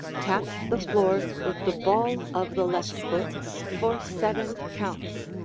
tap the floor with the ball of the left foot for seven counts,